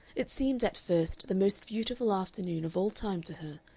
it seemed at first the most beautiful afternoon of all time to her,